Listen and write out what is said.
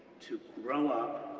to grow up,